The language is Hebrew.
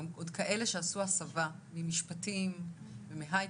ועוד כאלה שעשו הסבה ממשפטים ומהייטק,